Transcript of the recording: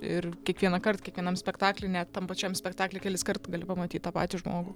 ir kiekvienąkart kiekvienam spektakly net tam pačiam spektakly keliskart tu gali pamatyt tą patį žmogų